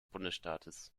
bundesstaates